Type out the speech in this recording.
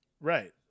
Right